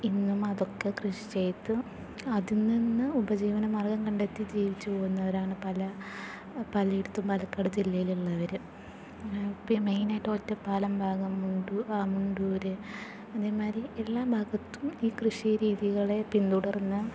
ഇന്നും അതൊക്കെ കൃഷി ചെയ്ത് അതിൽ നിന്ന് ഉപജീവനമാർഗ്ഗം കണ്ടെത്തി ജീവിച്ചു പോകുന്നവരാണ് പല പലയിടത്തും പാലക്കാട് ജില്ലയിലുള്ളവർ ഇപ്പോൾ ഈ മെയിനായിട്ട് ഒറ്റപ്പാലം ഭാഗം മുണ്ടൂര് അതേമാതിരി എല്ലാ ഭാഗത്തും ഈ കൃഷി രീതികളെ പിന്തുടർന്ന്